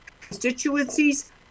constituencies